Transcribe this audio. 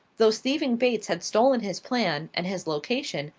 those thieving bates had stolen his plan, and his location,